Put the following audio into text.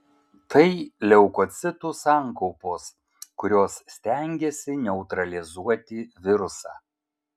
tai leukocitų sankaupos kurios stengiasi neutralizuoti virusą